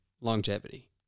longevity